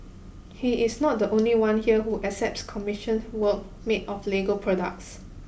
he is not the only one here who accepts commissioned work made of Lego products